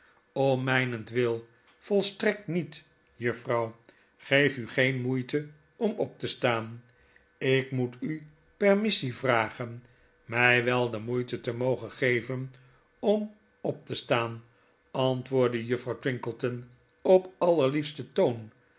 om mynentwil volstrektnietjuffrouw geef u geen moeite om op te staan ik moet u permissie vragen my wel de moeite te mogen geven om op te staan antwoordde juffrouw twinkleton op allerliefsten toon